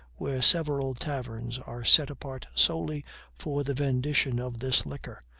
where several taverns are set apart solely for the vendition of this liquor,